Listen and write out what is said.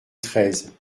treize